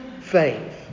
faith